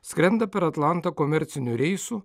skrenda per atlantą komerciniu reisu